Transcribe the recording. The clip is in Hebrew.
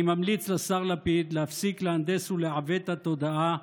אני ממליץ לשר לפיד להפסיק להנדס ולעוות את התודעה,